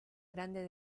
grande